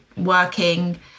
working